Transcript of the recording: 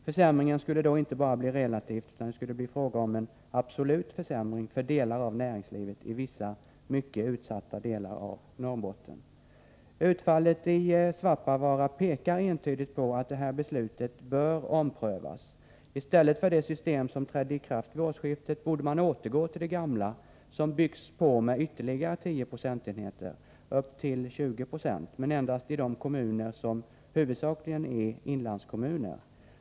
Försämringen skulle då inte bara bli relativ utan det skulle bli fråga om en absolut försämring för delar av näringslivet i vissa mycket utsatta delar av Norrbotten.” Utfallet i Svappavaara pekar entydigt på att det här beslutet bör omprövas. I stället för det system som trädde i kraft vid årsskiftet borde man återgå till det gamla som byggs på med ytterligare tio procentenheter upp till 20 26, men endast i de kommuner som huvudsakligen är inlandskommuner.